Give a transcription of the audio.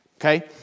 Okay